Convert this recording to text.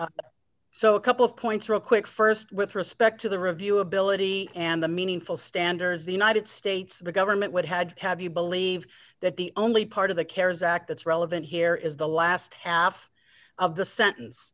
good so a couple of points real quick st with respect to the review ability and the meaningful standards the united states government would had have you believe that the only part of the cares act that's relevant here is the last half of the sentence